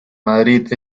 madrid